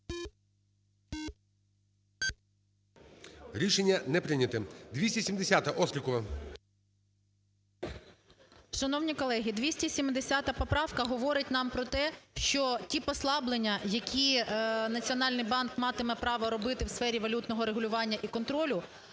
Рішення не прийнято. 270-а. Острікова. 17:08:02 ОСТРІКОВА Т.Г. Шановні колеги! 270 поправка говорить нам проте, що ті послаблення, які Національний банк матиме право робити в сфері валютного регулювання і контролю,